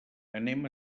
anem